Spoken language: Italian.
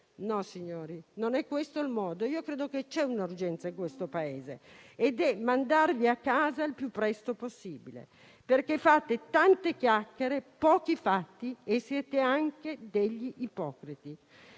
No, signori, non è questo il modo. Credo che ci sia un'urgenza nel nostro Paese ed è quella di mandarvi a casa il più presto possibile, perché fate tante chiacchiere, pochi fatti e siete anche degli ipocriti.